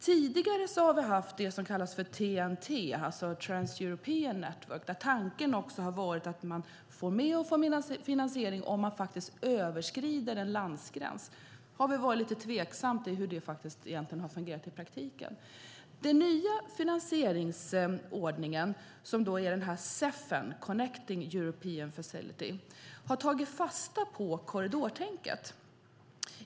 Tidigare har vi haft det som kallas TEN-T, Trans-European Transport Network, där tanken har varit att man får mer finansiering om man överskrider en landsgräns. Det är tveksamt hur det har fungerat i praktiken. I den nya finansieringsordningen, CEF eller Connecting European Facility, har man tagit fasta på korridortänket.